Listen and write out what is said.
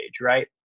Right